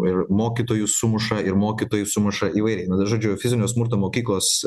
ir mokytojų sumuša ir mokytojai sumuša įvairiai nu tai žodžiu fizinio smurto mokyklos